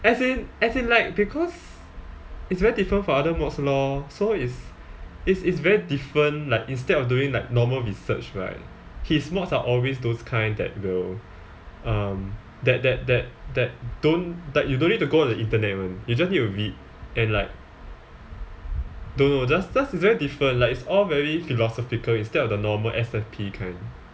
as in as in like because it's very different from other mods lor so it's it's it's very different like instead of doing like normal research right his mods are always those kind that will um that that that that don't like you don't need to go on the internet [one] you just need to read and like don't know just just it's very different like it's all very philosophical instead of the normal S_F_P kind